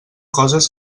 coses